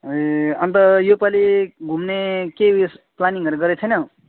ए अन्त यो पालि घुम्ने के उयस प्लानिङहरू गरेको छैनौ